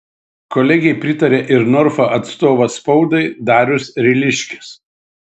kolegei pritarė ir norfa atstovas spaudai darius ryliškis